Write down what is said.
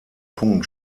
punkt